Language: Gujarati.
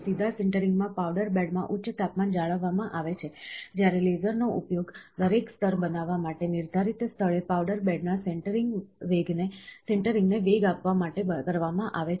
સીધા સિન્ટરિંગમાં પાવડર બેડમાં ઉચ્ચ તાપમાન જાળવવામાં આવે છે જ્યારે લેસરનો ઉપયોગ દરેક સ્તર બનાવવા માટે નિર્ધારિત સ્થળે પાવડર બેડના સિન્ટરિંગને વેગ આપવા માટે કરવામાં આવે છે